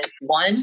one